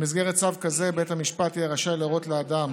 במסגרת צו כזה, בית המשפט יהיה רשאי להורות לאדם